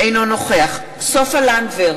אינו נוכח סופה לנדבר,